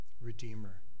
Redeemer